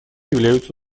являются